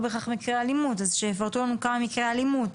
בהכרח מקרי אלימות שיפרטו לנו כמה מקרי אלימות.